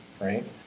right